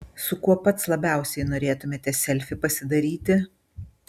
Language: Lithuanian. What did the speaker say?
su kuo pats labiausiai norėtumėte selfį pasidaryti